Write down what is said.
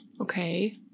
Okay